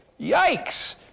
yikes